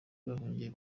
bahungiye